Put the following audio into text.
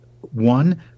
one